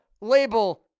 label